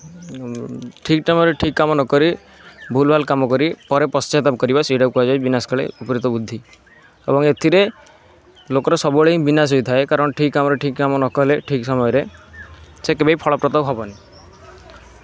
ଠିକ୍ ଟାଇମ୍ରେ ଠିକ୍ କାମ ନ କରି ଭୁଲ ଭାଲ କାମ କରି ପରେ ପଶ୍ଚାତାପ କରିବା ସେଇଟାକୁ କୁହାଯାଏ ବିନାଶ କାଳେ ବିପରୀତ ବୁଦ୍ଧି ଏବଂ ଏଥିରେ ଲୋକର ସବୁବେଳେ ବିନାଶ ହୋଇଥାଏ କାରଣ ଠିକ୍ କାମରେ କାମ ନ କଲେ ଠିକ୍ ସମୟରେ ସେ କେବେ ବି ଫଳପ୍ରଦ ହେବନି